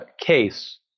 case